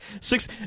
six